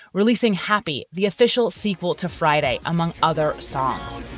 releasing happy, the official sequel to friday among other songs,